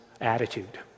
attitude